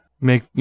make